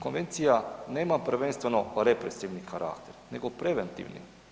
Konvencija nema prvenstveno represivni karakter nego preventivni.